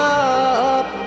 up